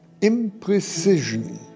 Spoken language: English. imprecision